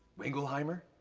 wingleheimer?